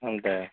ହେନ୍ତା